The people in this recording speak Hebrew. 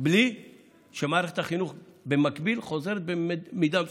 בלי שמערכת החינוך במקביל חוזרת במידה מסוימת.